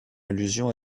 allusion